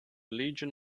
legion